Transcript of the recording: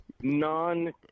non